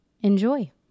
enjoy